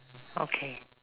okay